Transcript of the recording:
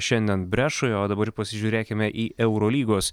šiandien brešoje o dabar pasižiūrėkime į eurolygos